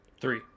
Three